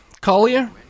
Collier